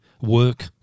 work